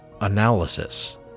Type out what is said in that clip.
analysis